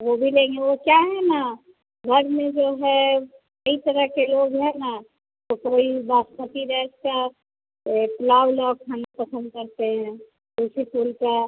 वो भी लेंगे वो क्या है न घर में जो है कई तरह के लोग हैं न तो कोई बासमती राइस का पुलाव उलाव खाना पसंद करते हैं तुलसी फूल का